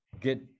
get